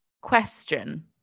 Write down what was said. question